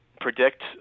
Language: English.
predict